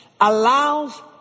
Allows